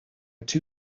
two